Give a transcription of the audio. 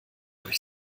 euch